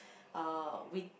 uh with